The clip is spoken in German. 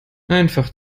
einfach